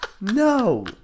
no